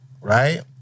right